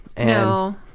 No